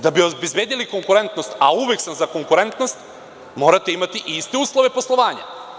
Da bi obezbedili konkurentnost, a uvek sam za konkurentnost, morate imati i iste uslove poslovanja.